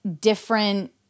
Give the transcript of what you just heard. different